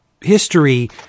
history